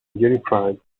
unified